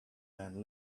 man